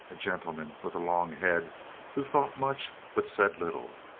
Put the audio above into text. a gentleman with a long head who thought much but said little.